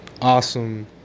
awesome